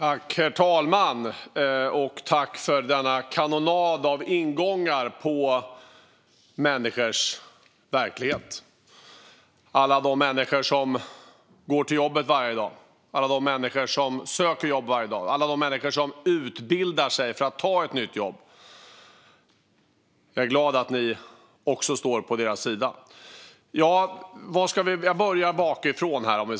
Herr talman! Jag tackar för denna kanonad av ingångar till människors verkligheter. Det handlar om alla de människor som går till jobbet varje dag, som söker jobb varje dag och som utbildar sig för att kunna ta ett nytt jobb. Jag är glad att ni som är här i kammaren också står på deras sida. Jag börjar bakifrån.